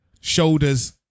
shoulders